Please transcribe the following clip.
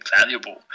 valuable